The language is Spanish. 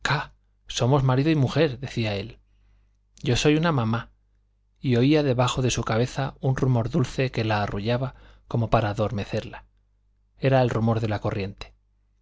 somos marido y mujer decía él yo soy una mamá y oía debajo de su cabeza un rumor dulce que la arrullaba como para adormecerla era el rumor de la corriente